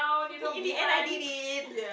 in the end I did it